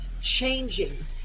changing